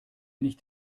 nicht